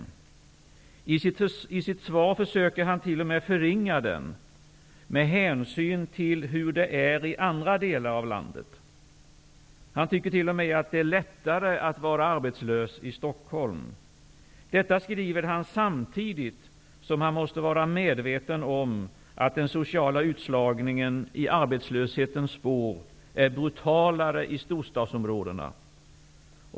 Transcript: I sitt svar försöker han t.o.m. förringa den, med hänsyn till hur det är i andra delar av landet. Han tycker t.o.m. att det är lättare att vara arbetslös i Stockholm. Detta skriver han, samtidigt som han måste vara medveten om att den sociala utslagningen i arbetslöshetens spår är brutalare i storstadsområdena.